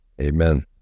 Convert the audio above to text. amen